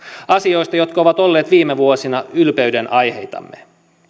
asioista jotka ovat olleet viime vuosina ylpeyden aiheitamme